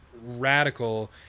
radical